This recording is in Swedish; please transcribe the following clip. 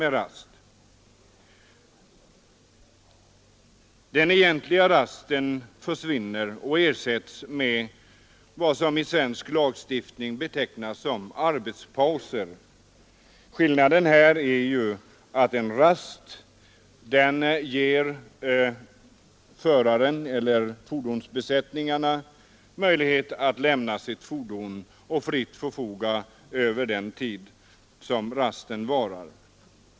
Den egentliga rasten försvinner och ersätts med vad som i svensk lagstiftning betecknas som arbetspauser. Skillnaden är ju att en rast ger fordonsbesättningarna möjlighet att lämna sitt fordon och fritt förfoga över den tid som rasten varar.